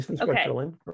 Okay